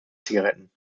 zigaretten